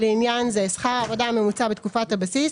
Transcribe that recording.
לעניין זה, "שכר העבודה הממוצע בתקופת הבסיס"